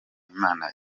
imana